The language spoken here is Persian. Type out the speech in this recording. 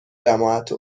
جماعت